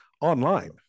online